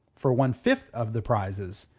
for one fifth of the prizes,